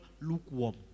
lukewarm